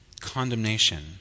condemnation